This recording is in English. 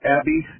Abby